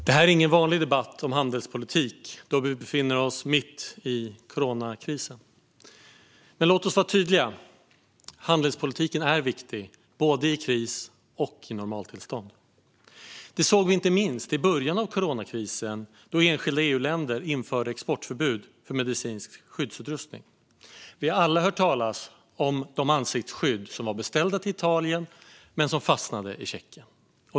Herr talman! Det här blir ingen vanlig debatt om handelspolitik då vi befinner oss mitt i coronakrisen. Men låt oss vara tydliga: Handelspolitiken är viktig både i kris och i normaltillstånd. Det såg vi inte minst i början av coronakrisen, då enskilda EU-länder införde exportförbud för medicinsk skyddsutrustning. Vi har alla hört talas om de ansiktsskydd som var beställda till Italien men fastnade i Tjeckien.